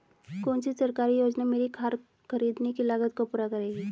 कौन सी सरकारी योजना मेरी खाद खरीदने की लागत को पूरा करेगी?